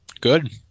Good